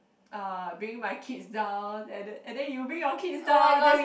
uh bringing my kids down and then and then you bring your kids down then we